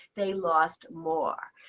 they lost more.